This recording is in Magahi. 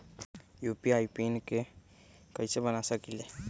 यू.पी.आई के पिन कैसे बना सकीले?